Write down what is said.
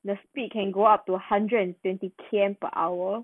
the speed can go up to hundred and twenty K_M per hour